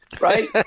right